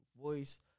voice